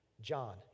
John